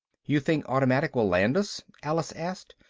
you think automatic will land us? alice asked.